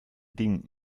ding